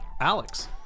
Alex